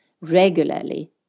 regularly